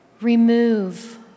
Remove